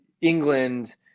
England